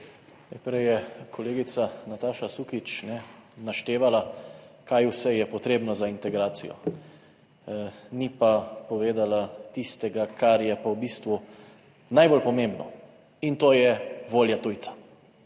Prej je kolegica Nataša Sukič naštevala kaj vse je potrebno za integracijo, ni pa povedala tistega, kar je pa v bistvu najbolj pomembno in to je volja tujca.